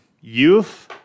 youth